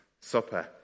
supper